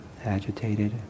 agitated